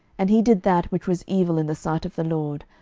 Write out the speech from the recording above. and he did that which was evil in the sight of the lord,